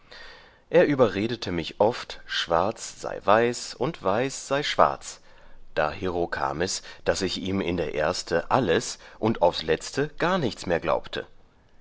er überredete mich oft schwarz sei weiß und weiß sei schwarz dahero kam es daß ich ihm in der erste alles und aufs letzte gar nichts mehr glaubte